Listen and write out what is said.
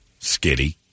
Skitty